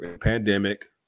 pandemic